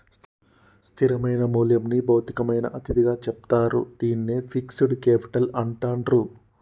స్థిరమైన మూల్యంని భౌతికమైన అతిథిగా చెప్తారు, దీన్నే ఫిక్స్డ్ కేపిటల్ అంటాండ్రు